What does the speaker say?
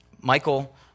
Michael